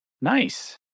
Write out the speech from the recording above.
Nice